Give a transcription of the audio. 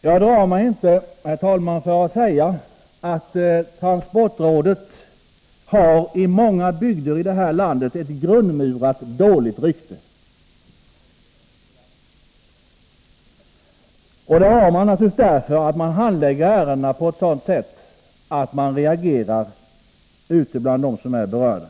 Jag drar mig inte för att säga att transportrådet i många bygder i det här landet har ett grundmurat dåligt rykte. Det har det därför att det handlägger ärendena på ett sådant sätt att de som är berörda reagerar negativt.